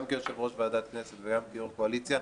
גם כיושב-ראש ועדת הכנסת וגם כיו"ר קואליציה,